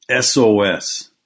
SOS